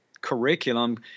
curriculum